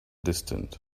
distant